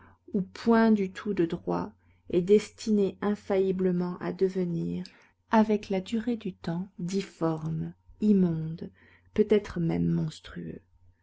ou point du tout de droit est destiné infailliblement à devenir avec la durée du temps difforme immonde peut-être même monstrueux